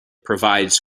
provides